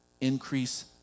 increase